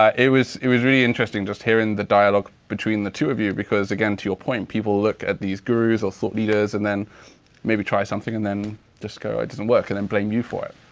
um it was it was really interesting just hearing the dialogue between the two of you because again, to your point, people look at these gurus or thought leaders and then maybe try something and then just go, it doesn't work, and then and blame you for it.